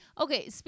Okay